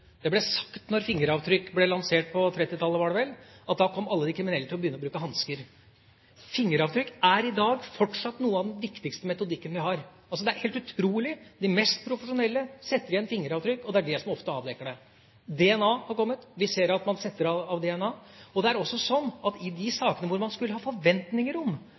Det ble sagt da fingeravtrykk ble lansert – på 1930-tallet var det vel – at da kom alle kriminelle til å begynne å bruke hansker. Fingeravtrykk er i dag fortsatt en av de viktigste metodikkene vi har. Det er helt utrolig: De mest profesjonelle setter igjen fingeravtrykk, og det er ofte det som avdekker dem. DNA har kommet – vi ser at man legger igjen DNA. Det er også sånn at man i de sakene hvor man skulle ha forventninger om